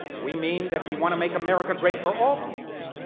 we mean that we want to make america great for all people.